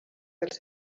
els